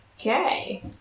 Okay